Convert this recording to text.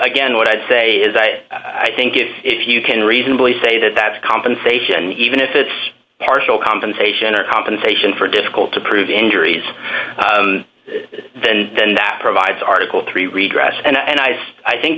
again what i'd say is that i think is if you can reasonably say that that is compensation even if it's partial compensation or compensation for difficult to prove injuries then that provides article three redress and ice i think